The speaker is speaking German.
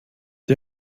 die